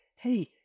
hey